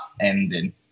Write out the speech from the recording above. ending